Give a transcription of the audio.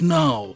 now